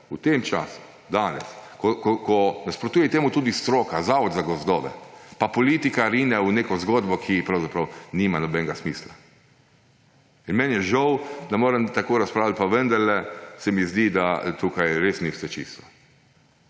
pogovarjati. Danes, ko nasprotuje temu tudi stroka, Zavod za gozdove, pa politika rine v neko zgodbo, ki pravzaprav nima nobenega smisla. Meni je žal, da moram tako razpravljati, pa vendarle se mi zdi, da tukaj res ni vse čisto.